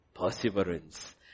perseverance